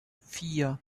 vier